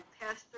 Pastor